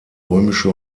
römische